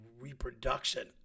reproduction